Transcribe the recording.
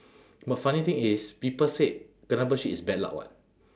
but funny thing is people said kena bird shit is bad luck [what]